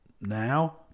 now